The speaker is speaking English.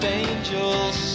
angels